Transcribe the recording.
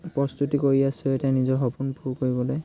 প্ৰস্তুতি কৰি আছোঁ এতিয়া নিজৰ সপোন পূৰ কৰিবলৈ